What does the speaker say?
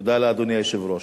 תודה לאדוני היושב-ראש.